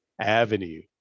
avenue